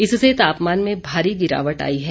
इससे तापमान में भारी गिरावट आई है